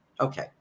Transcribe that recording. Okay